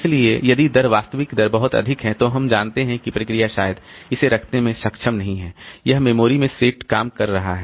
इसलिए यदि दर वास्तविक दर बहुत अधिक है तो हम जानते हैं कि प्रक्रिया शायद इसे रखने में सक्षम नहीं है यह मेमोरी में सेट काम कर रहा है